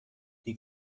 die